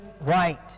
right